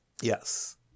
yes